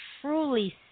truly